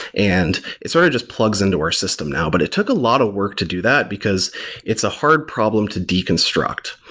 and it sort of just plugs into our system now. but it took a lot of work to do that, because it's a hard problem to deconstruct.